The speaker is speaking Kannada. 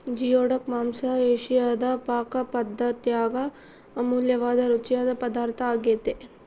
ಜಿಯೋಡಕ್ ಮಾಂಸ ಏಷಿಯಾದ ಪಾಕಪದ್ದತ್ಯಾಗ ಅಮೂಲ್ಯವಾದ ರುಚಿಯಾದ ಪದಾರ್ಥ ಆಗ್ಯೆತೆ